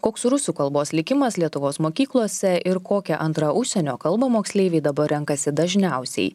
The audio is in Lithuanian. koks rusų kalbos likimas lietuvos mokyklose ir kokią antrą užsienio kalbą moksleiviai dabar renkasi dažniausiai